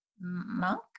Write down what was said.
monk